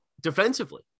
defensively